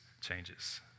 changes